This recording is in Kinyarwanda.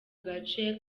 gace